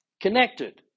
Connected